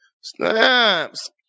Snaps